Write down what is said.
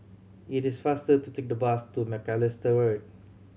it is faster to take the bus to Macalister Road